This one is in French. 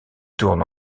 tourne